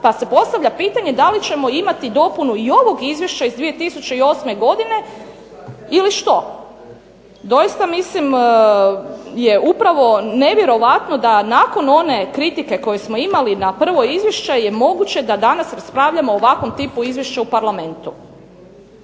pa se postavlja pitanje da li ćemo imati dopunu ovog Izvješća iz 2008. godine, ili što? Doista mislim je upravo nevjerojatno da nakon one kritike koje smo imali na ono prvo Izvješće je moguće da danas raspravljamo o ovakvom tipu Izvješća u parlamentu.